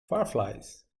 fireflies